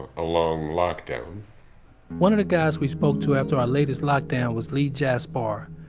a long lockdown one of the guys we spoke to after our latest lockdown was lee jaspar.